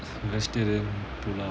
vegetarian